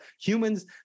humans